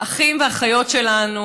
אחים ואחיות שלנו